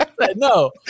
No